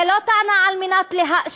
זאת לא טענה על מנת להאשים.